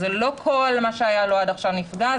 זה לא כל מה שהיה לו עד עכשיו נפגע,